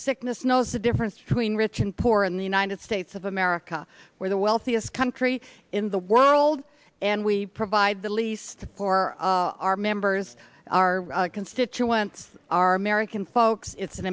sickness knows a difference between rich and poor in the united states of america where the wealthiest country in the world and we provide the least for our members our constituents our american folks it's an